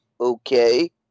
Okay